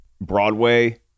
Broadway